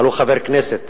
אבל הוא חבר כנסת,